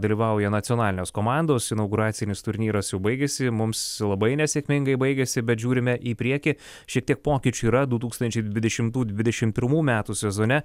dalyvauja nacionalinės komandos inauguracinis turnyras jau baigėsi mums labai nesėkmingai baigėsi bet žiūrime į priekį šiek tiek pokyčių yra du tūkstančiai dvidešimtų dvidešim pirmų metų sezone